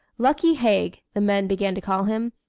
lucky haig, the men began to call him,